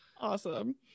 Awesome